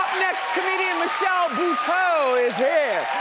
comedian michelle buteau is here.